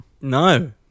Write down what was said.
No